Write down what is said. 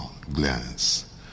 glance